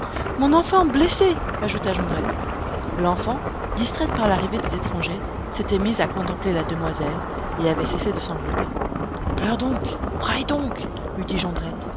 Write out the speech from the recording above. mon enfant blessée ajouta jondrette l'enfant distraite par l'arrivée des étrangers s'était mise à contempler la demoiselle et avait cessé de sangloter pleure donc braille donc lui dit